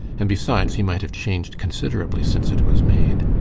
and, besides, he might have changed considerably since it was made.